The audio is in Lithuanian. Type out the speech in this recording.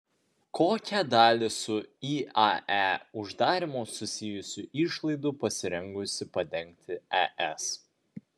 kokią dalį su iae uždarymu susijusių išlaidų pasirengusi padengti es